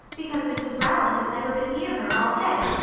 because mrs rowland has never been near her all day.